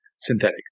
synthetic